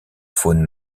faune